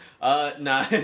Nah